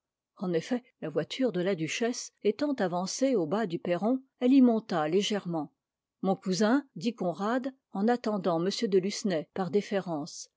en effet la voiture de la duchesse étant avancée au bas du perron elle y monta légèrement mon cousin dit conrad en attendant m de lucenay par déférence